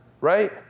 right